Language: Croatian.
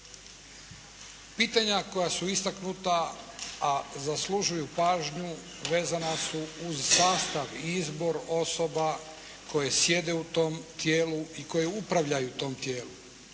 Pitanja koja su istaknuta a zaslužuju pažnju vezana su uz sastav i izbor osoba koje sjede u tom tijelu i koje upravljaju tim tijelom.